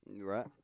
Right